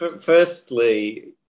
firstly